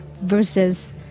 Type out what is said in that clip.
Versus